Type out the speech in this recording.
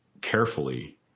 carefully